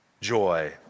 joy